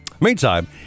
Meantime